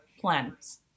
plans